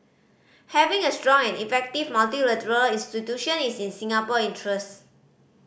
having a strong and effective multilateral institution is in Singapore interest